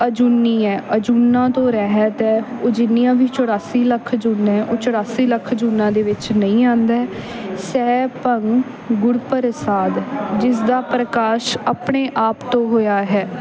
ਅਜੂਨੀ ਹੈ ਅਜੂਨਾਂ ਤੋਂ ਰਹਿਤ ਹੈ ਉਹ ਜਿੰਨੀਆਂ ਵੀ ਚੌਰਾਸੀ ਲੱਖ ਜੂਨਾਂ ਹੈ ਉਹ ਚੌਰਾਸੀ ਲੱਖ ਜੂਨਾਂ ਦੇ ਵਿੱਚ ਨਹੀਂ ਆਉਂਦਾ ਸੈਭੰ ਗੁਰ ਪ੍ਰਸਾਦਿ ਜਿਸ ਦਾ ਪ੍ਰਕਾਸ਼ ਆਪਣੇ ਆਪ ਤੋਂ ਹੋਇਆ ਹੈ